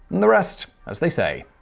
the rest, as they say,